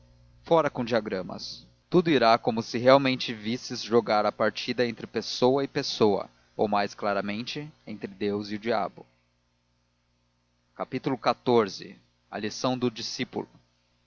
fora com diagramas tudo irá como se realmente visses jogar a partida entre pessoa e pessoa ou mais claramente entre deus e o diabo xiv a lição do discípulo